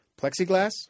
plexiglass